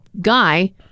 guy